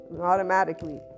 automatically